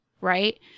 right